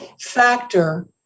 factor